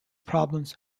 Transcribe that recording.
problems